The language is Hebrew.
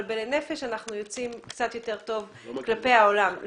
לנפש אנחנו יוצאים קצת יותר טוב כלפי העולם.